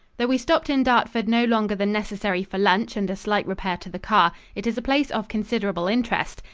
though we stopped in dartford no longer than necessary for lunch and a slight repair to the car, it is a place of considerable interest.